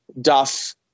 Duff